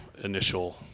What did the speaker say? initial